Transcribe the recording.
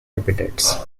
habitats